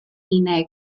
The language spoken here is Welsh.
unig